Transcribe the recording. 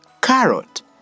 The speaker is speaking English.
carrot